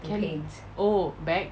can oh bag